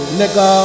nigga